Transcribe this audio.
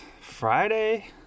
Friday